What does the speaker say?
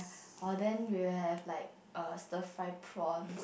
orh then you have like err stir fry prawn